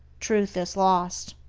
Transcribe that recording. truth is lost.